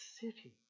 city